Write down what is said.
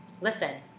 Listen